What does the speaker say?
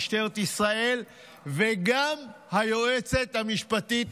משטרת ישראל וגם היועצת המשפטית לממשלה.